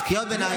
אז קריאות ביניים.